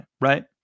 right